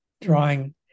Drawing